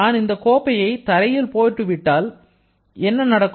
நான் இந்த கோப்பையை தரையில் போட்டுவிட்டால் என்ன நடக்கும்